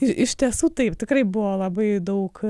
ir iš tiesų taip tikrai buvo labai daug